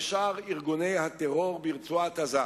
ושאר ארגוני הטרור ברצועת-עזה.